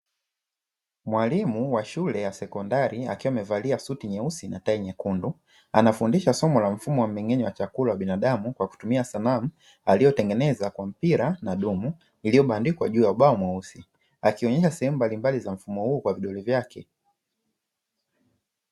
Mwalimu wa shule ya sekondari akiwa amevalia suti nyeusi na tai nyekundu, anafundisha somo la mfumo wa mmeng'enyo wa chakula binadamu kwa kutumia sanamu aliyotengeneza kwa mpira na dumu iliyobandikwa juu ya ubao mweusi, akionyesha sehemu mbalimbali za mfumo huu kwa vidole vyake.